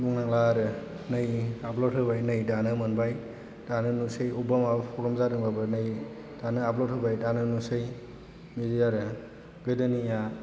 बुंनांला आरो नै आपल'ड होबाय नै दानो मोनबाय दानो नुसै अबावबा माबा प्रब्लेम जादोंबाबो नै दानो आपल'ड होबाय दानो नुसै बिदि आरो गोदोनिया